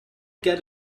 get